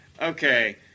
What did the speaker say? Okay